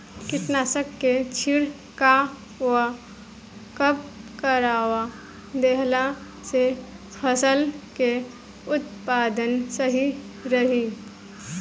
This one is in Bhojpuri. कीटनाशक के छिड़काव कब करवा देला से फसल के उत्पादन सही रही?